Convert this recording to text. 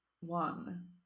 one